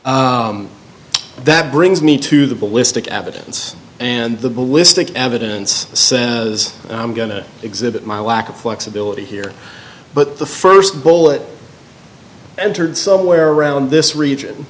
that brings me to the ballistic evidence and the ballistic evidence as i'm going to exhibit my lack of flexibility here but the st bullet entered somewhere around this region